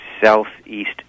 Southeast